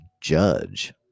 judge